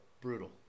Brutal